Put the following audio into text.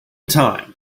time